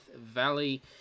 Valley